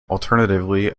alternatively